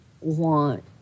want